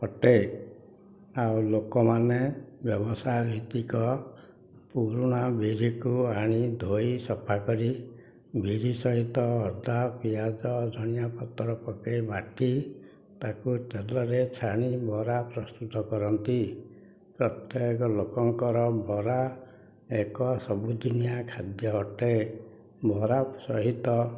ଅଟେ ଆଉ ଲୋକମାନେ ବ୍ୟବସାୟ ଭିତ୍ତିକ ପୁରୁଣା ବିରିକୁ ଆଣି ଧୋଇ ସଫା କରି ବିରି ସହିତ ଅଦା ପିଆଜ ଧନିଆ ପତ୍ର ପକେଇ ବାଟି ତାକୁ ତେଲରେ ଛାଣି ବରା ପ୍ରସ୍ତୁତ କରନ୍ତି ପ୍ରତ୍ୟକ ଲୋକଙ୍କର ବରା ଏକ ସବୁଦିନିଆ ଖାଦ୍ୟ ଅଟେ ବରା ସହିତ